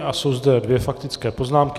A jsou zde dvě faktické poznámky.